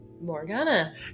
Morgana